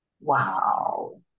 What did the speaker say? Wow